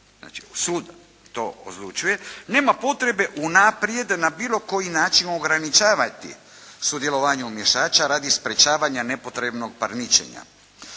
znači sud to odlučuje. Nema potrebe unaprijed na bilo koji način ograničavati sudjelovanje umiješača radi sprječavanja nepotrebnog parničenja